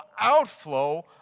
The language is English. outflow